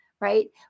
right